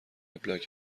وبلاگ